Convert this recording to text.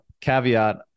caveat